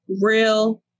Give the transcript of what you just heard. real